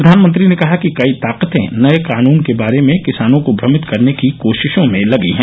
प्रघानमंत्री ने कहा कि कई ताकते नए कानून के बारे में किसानों को भ्रमित करने की कोशिशों में लगी है